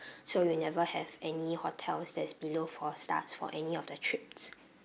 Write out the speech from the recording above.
so you'll never have any hotels that's below four star for any of the trips